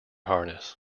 harness